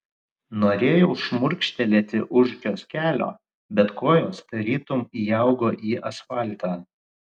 norėjau šmurkštelėti už kioskelio bet kojos tarytum įaugo į asfaltą